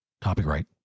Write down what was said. Copyright